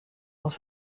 dans